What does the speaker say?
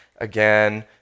again